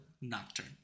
Nocturne